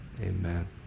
amen